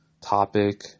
topic